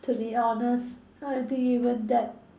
to be honest I think even that